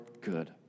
good